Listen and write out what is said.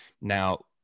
Now